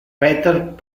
peter